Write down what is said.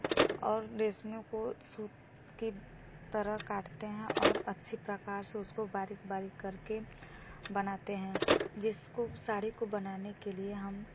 और रेशमियों को सूत की तरह काटते हैं और अच्छे प्रकार से उसको बारीक बारीक करके बनाते हैं जिसको साड़ी को बनाने के लिए हम